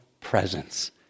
presence